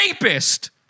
rapist